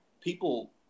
people